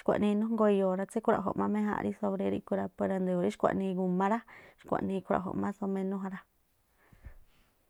xkhuaꞌnii inújngoo e̱yo̱o̱ rá, tsíkhruaꞌjo̱ má méjánꞌ rí sobre ríꞌkhui̱ rá para nda̱yo̱o̱ rí xkuaꞌnii igu̱ma rá. Xkuaꞌnii ikruaꞌjo̱ꞌ más somenú ja rá.